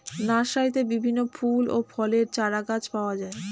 নার্সারিতে বিভিন্ন ফুল এবং ফলের চারাগাছ পাওয়া যায়